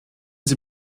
sie